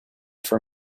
for